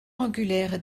angulaire